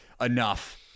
enough